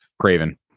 Craven